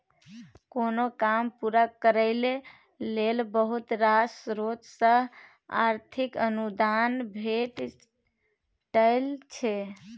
कोनो काम पूरा करय लेल बहुत रास स्रोत सँ आर्थिक अनुदान भेटय छै